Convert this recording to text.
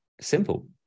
simple